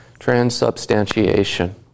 Transubstantiation